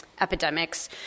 Epidemics